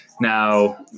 Now